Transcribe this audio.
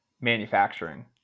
manufacturing